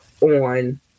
on